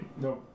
No